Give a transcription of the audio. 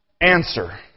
answer